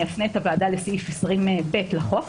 אני אפנה את הוועדה לסעיף 20(ב) לחוק,